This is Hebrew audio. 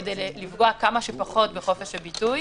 כדי לפגוע כמה שפחות בחופש הביטוי,